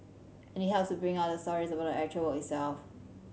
and it helps to bring out the stories about the actual work itself